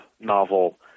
novel